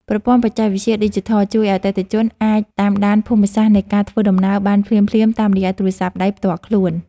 ប្រព័ន្ធបច្ចេកវិទ្យាឌីជីថលជួយឱ្យអតិថិជនអាចតាមដានភូមិសាស្ត្រនៃការធ្វើដំណើរបានភ្លាមៗតាមរយៈទូរស័ព្ទដៃផ្ទាល់ខ្លួន។